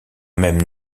même